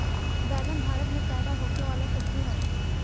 बैगन भारत में पैदा होखे वाला सब्जी हवे